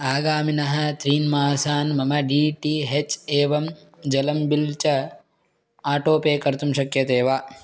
आगामिभ्यः त्रिभ्यः मासेभ्यः मम डी टी हेच् एवं जलं बिल् च आटो पे कर्तुं शक्यते वा